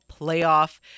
playoff